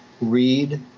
read